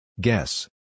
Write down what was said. Guess